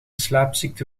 slaapziekte